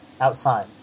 outside